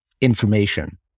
information